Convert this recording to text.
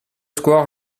square